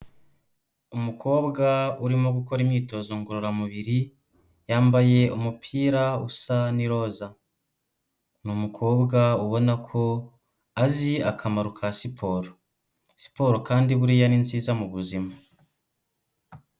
Umukobwa urimo gukora imyitozo ngororamubiri, yambaye umupira usa n'iroza, ni umukobwa ubona ko azi akamaro ka siporo, siporo kandi buriya ni nziza mu buzima.